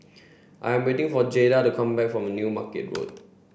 I'm waiting for Jayda to come back from New Market Road